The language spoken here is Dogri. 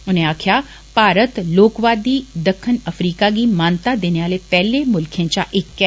उनें आक्खेआ भारत लोकवादी दक्खन अफ्रीका गी मानता देने आले पेहले मुल्खें चा इक ऐ